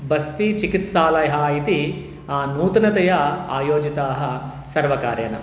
बस्ति चिकित्सालयाः इति नूतनतया आयोजिताः सर्वकारेण